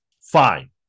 Fine